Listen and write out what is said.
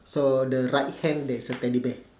so the right hand there is a teddy bear